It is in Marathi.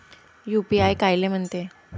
यू.पी.आय कायले म्हनते?